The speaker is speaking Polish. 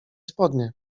spodnie